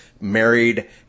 married